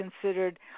considered